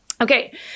Okay